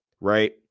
right